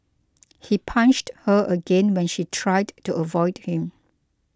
he punched her again when she tried to avoid him